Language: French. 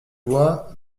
vois